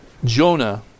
Jonah